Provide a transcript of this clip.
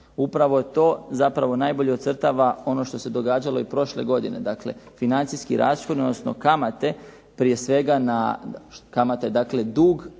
Upravo je to, zapravo najbolje ocrtava ono što se događalo i prošle godine, dakle financijski rashodi odnosno kamate, prije svega kamate na dug